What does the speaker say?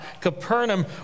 Capernaum